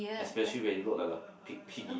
especially when you look like a pig piggy